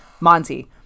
Monty